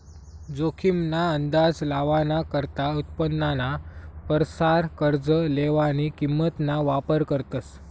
जोखीम ना अंदाज लावाना करता उत्पन्नाना परसार कर्ज लेवानी किंमत ना वापर करतस